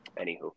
Anywho